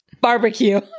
Barbecue